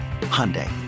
Hyundai